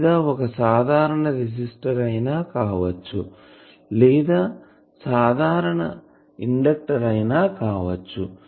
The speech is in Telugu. లేదా ఒక సాధారణ రెసిస్టర్ కావచ్చు లేదా సాధారణ ఇండెక్టర్ అయినా కావచ్చు